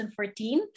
2014